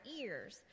ears